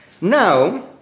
Now